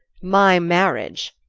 my marriage,